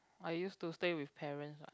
I used to stay with parents what